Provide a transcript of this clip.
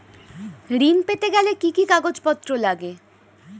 ঋণ পেতে গেলে কি কি কাগজপত্র লাগে?